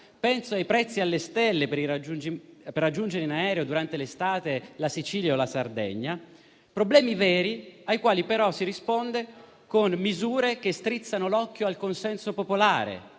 penso ai prezzi alle stelle per raggiungere in aereo la Sicilia o la Sardegna durante l'estate - ai quali però si risponde con misure che strizzano l'occhio al consenso popolare